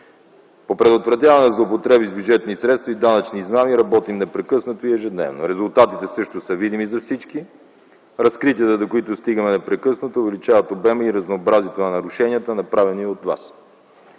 По предотвратяване на злоупотреби с бюджетни средства и данъчни измами работим непрекъснато и ежедневно. Резултатите също са видими за всички. Разкритията, до които стигаме непрекъснато, увеличават обема и разнообразието на нарушенията, направени от вас.